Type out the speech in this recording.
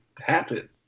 happen